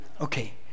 okay